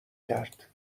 کرد